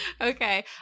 okay